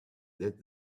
that